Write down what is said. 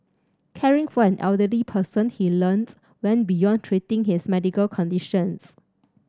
caring for an elderly person he learnt went beyond treating his medical conditions